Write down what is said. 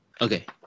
Okay